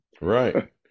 Right